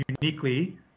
uniquely